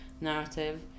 narrative